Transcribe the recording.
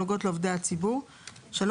ההוראות הנוגעות לעובדי הציבור; (3)